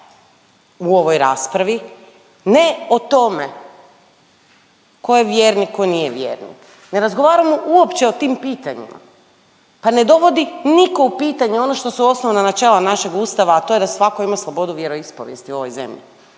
u ovoj raspravi, ne o tome ko je vjernik, ko nije vjernik, ne razgovaramo uopće o tim pitanjima, pa ne dovodi niko u pitanje ono što su osnovna načela našeg ustava, a to je da svako ima slobodu vjeroispovijesti u ovoj zemlji,